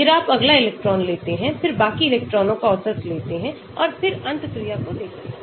फिर आप अगला इलेक्ट्रॉन लेते हैं फिर बाकी इलेक्ट्रॉनों का औसत लेते हैं और फिर अंतःक्रिया को देखते हैं